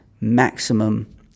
maximum